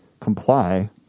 comply